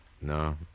No